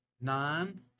nine